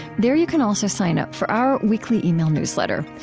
there you can also sign up for our weekly email newsletter.